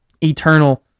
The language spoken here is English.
eternal